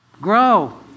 grow